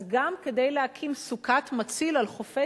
אז גם כדי להקים סוכת מציל על חופי